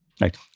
Right